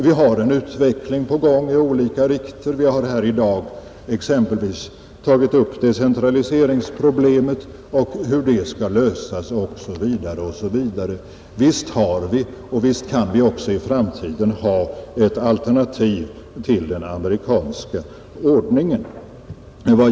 Vi har en utveckling på gång i olika riktningar. Vi har här i dag exempelvis tagit upp decentraliseringsproblemet och hur det skall lösas. Visst har vi och visst kan vi också i framtiden ha ett alternativ till den amerikanska ordningen.